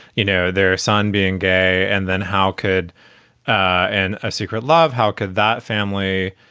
you know, their son being gay? and then how could and a secret love, how could that family